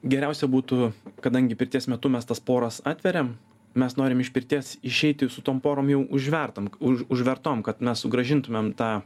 geriausia būtų kadangi pirties metu mes tas poras atveriam mes norim iš pirties išeiti su tom porom jau užvertom už užvertom kad na sugrąžintumėm tą